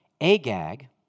Agag